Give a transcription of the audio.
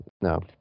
No